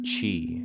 chi